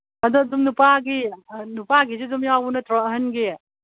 ꯑꯗꯣ ꯑꯗꯨꯝ ꯅꯨꯄꯥꯒꯤ ꯅꯨꯄꯥꯒꯤꯁꯨ ꯑꯗꯨꯝ ꯌꯥꯎꯕ ꯅꯠꯇ꯭ꯔꯣ ꯑꯍꯟꯒꯤ